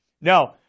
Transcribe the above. No